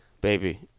baby